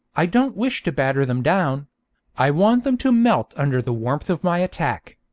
i don't wish to batter them down i want them to melt under the warmth of my attack.